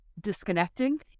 disconnecting